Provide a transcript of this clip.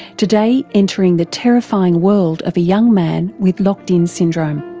today entering the terrifying world of a young man with locked-in syndrome.